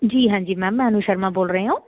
ਜੀ ਹਾਂਜੀ ਮੈਮ ਮੈਂ ਅਨੂ ਸ਼ਰਮਾ ਬੋਲ ਰਹੇ ਹਾਂ